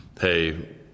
hey